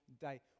day